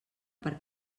per